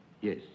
Yes